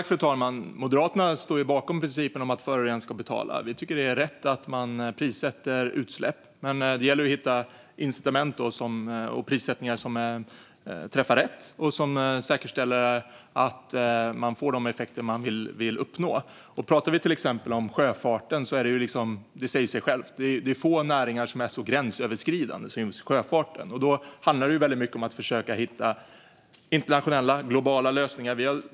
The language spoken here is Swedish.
Fru talman! Moderaterna står ju bakom principen att förorenaren ska betala, och vi tycker att det är rätt att man prissätter utsläpp. Men det gäller att hitta incitament och prissättningar som träffar rätt och som säkerställer att man får de effekter man vill uppnå. När det gäller sjöfarten säger det sig självt - det är få näringar som är så gränsöverskridande som just sjöfarten, och då handlar det väldigt mycket om att försöka hitta internationella och globala lösningar.